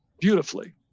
beautifully